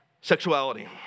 Sexuality